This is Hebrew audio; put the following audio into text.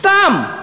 סתם.